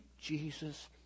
Jesus